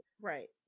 Right